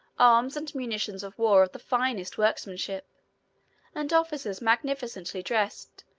arms and munitions of war of the finest workmanship and officers magnificently dressed,